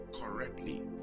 correctly